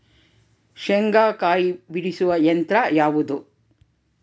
ಶೇಂಗಾಕಾಯಿ ಬಿಡಿಸುವ ಯಂತ್ರ ಯಾವುದು?